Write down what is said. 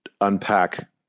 unpack